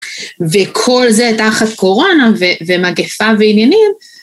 וכל זה תחת קורונה ומגפה ועניינים.